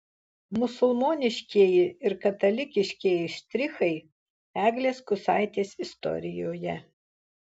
musulmoniškieji ir katalikiškieji štrichai eglės kusaitės istorijoje